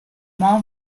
mall